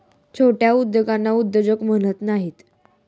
छोट्या उद्योगांना उद्योजक म्हणत नाहीत